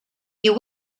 you